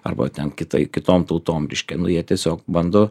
arba ten kitai kitom tautom reiškia nu jie tiesiog bando